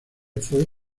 fue